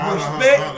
Respect